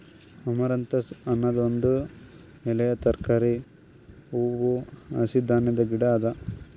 amaranthus ಅನದ್ ಒಂದ್ ಎಲೆಯ ತರಕಾರಿ, ಹೂವು, ಹಸಿ ಧಾನ್ಯದ ಗಿಡ ಅದಾ